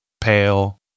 pale